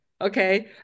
Okay